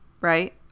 right